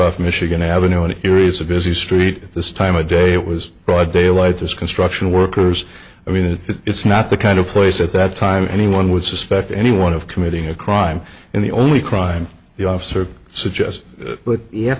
off michigan avenue any series of busy street at this time of day it was broad daylight this construction workers i mean it's not the kind of place at that time anyone would suspect anyone of committing a crime in the only crime the officer suggest but yeah